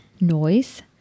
noise